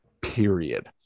period